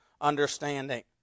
understanding